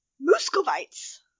Muscovites